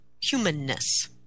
humanness